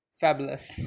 fabulous